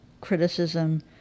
criticism